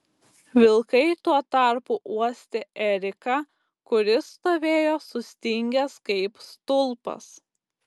vilkai tuo tarpu uostė eriką kuris stovėjo sustingęs kaip stulpas